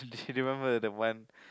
did you remember the one